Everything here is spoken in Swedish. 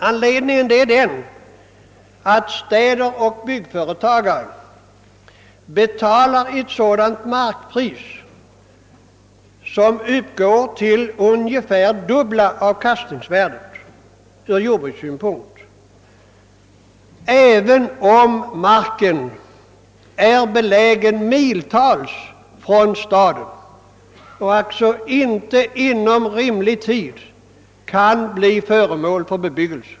Anledningen är att städer och byggföretagare betalar ett markpris som uppgår till ungefär dubbla avkastningsvärdet ur jordbrukssynpunkt, även om marken är belägen miltals från staden och alltså inte inom rimlig tid kan bli föremål för bebyggelse.